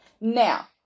Now